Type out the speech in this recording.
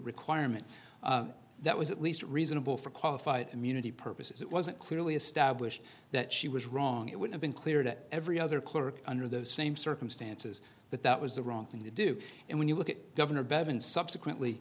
requirement that was at least reasonable for qualified immunity purposes it wasn't clearly established that she was wrong it would have been clear to every other clerk under the same circumstances that that was the wrong thing to do and when you look at governor bevan subsequently